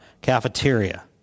cafeteria